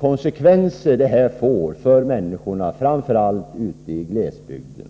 konsekvenser detta skulle få framför allt för människorna i glesbygden.